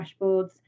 dashboards